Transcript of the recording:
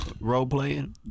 role-playing